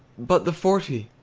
but the forty?